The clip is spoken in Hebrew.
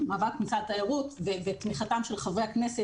משרד התיירות ותמיכתם של חברי הכנסת,